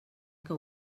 que